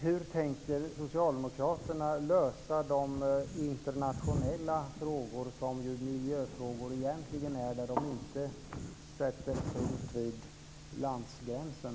Hur tänker Socialdemokraterna lösa de internationella frågor som ju miljöfrågor egentligen är när de inte sätter punkt vid landsgränsen?